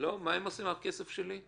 מה הם עושים עם הכסף שלי?